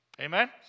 Amen